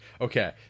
Okay